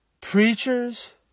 preachers